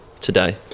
today